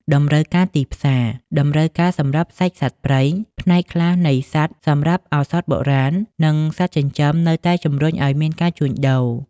តម្រូវការទីផ្សារ តម្រូវការសម្រាប់សាច់សត្វព្រៃ ផ្នែកខ្លះនៃសត្វសម្រាប់ឱសថបុរាណ និងសត្វចិញ្ចឹម នៅតែជំរុញឱ្យមានការជួញដូរ។